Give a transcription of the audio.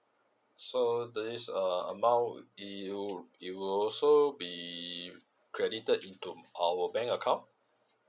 so there is uh amount it will it will also be credited into our bank account